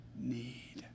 need